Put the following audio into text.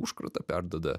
užkratą perduoda